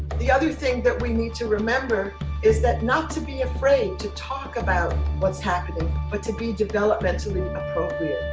the other thing that we need to remember is that not to be afraid to talk about what's happening but to be developmentally appropriate.